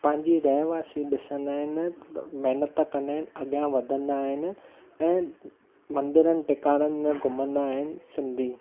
पंहिंजी रहवासी ॾिसंदा आहिनि मेहनत कंदा आहिनि अॻियां वधंदा आहिनि ऐं मंदरनि टिकाणनि में घुमंदा आहिनि सिंधी